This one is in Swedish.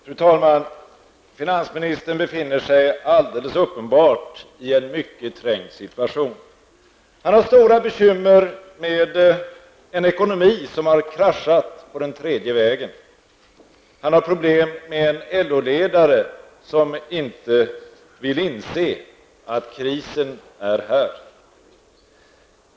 Fru talman! Finansministern befinner sig alldeles uppenbart i en mycket trängd situation. Han har stora bekymmer med en ekonomi som har kraschat på den tredje vägen. Han har problem med en LO ledare som inte vill inse att krisen är här.